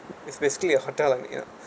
it's basically a hotel lah ya